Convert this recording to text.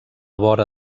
vora